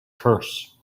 curse